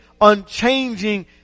unchanging